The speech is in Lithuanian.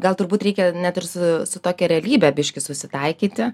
gal turbūt reikia net ir su su tokia realybe biškį susitaikyti